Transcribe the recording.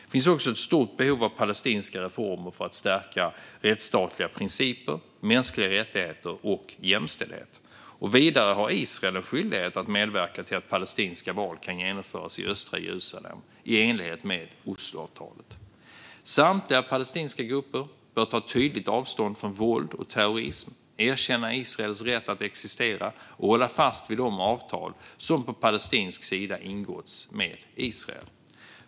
Det finns också ett stort behov av palestinska reformer för att stärka rättsstatliga principer, mänskliga rättigheter och jämställdhet. Vidare har Israel en skyldighet att medverka till att palestinska val kan genomföras i östra Jerusalem, i enlighet med Osloavtalet. Samtliga palestinska grupper bör ta tydligt avstånd från våld och terrorism, erkänna Israels rätt att existera och hålla fast vid de avtal som på palestinsk sida ingåtts med Israel.